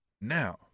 now